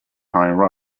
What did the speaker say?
higher